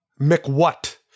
McWhat